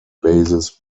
basis